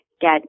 get